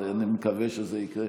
אז אני מקווה שזה יקרה.